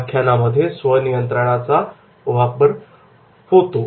व्याख्यानामध्ये स्व नियंत्रणाचा वापर होतो